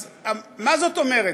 אז מה זאת אומרת?